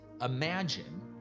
Imagine